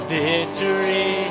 victory